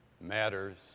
matters